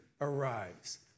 arrives